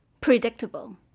predictable